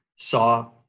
Saw